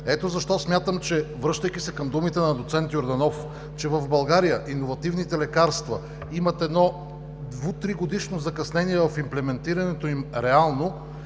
Ето защо смятам, връщайки се към думите на доц. Йорданов, че в България иновативните лекарства имат едно две-три-годишно закъснение в имплементирането им реално.